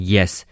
Yes